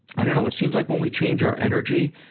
i don't know. it seems like when we change our energy,